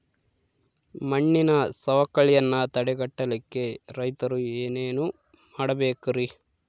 ಮಣ್ಣಿನ ಸವಕಳಿಯನ್ನ ತಡೆಗಟ್ಟಲಿಕ್ಕೆ ರೈತರು ಏನೇನು ಮಾಡಬೇಕರಿ?